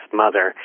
mother